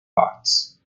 parts